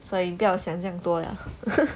所以不要像这样多 liao